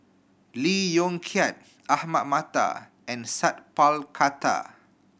Lee Yong Kiat Ahmad Mattar and Sat Pal Khattar